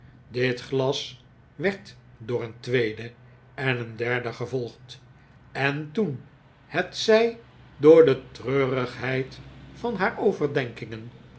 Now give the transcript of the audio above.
dit glas werd door een tweede en een derde gevolgd en toen hetzij door de treurigheid van haar overdenkingen